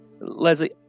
Leslie